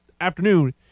afternoon